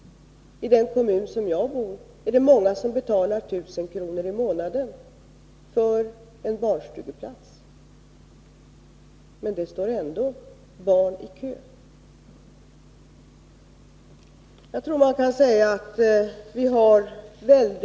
I den kommun där jag bor är det många som betalar 1000 kr. för en barnstugeplats, men det står ändå barn i kö.